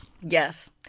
Yes